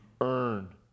earn